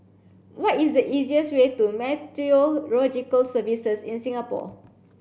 what is the easiest way to Meteorological Services in Singapore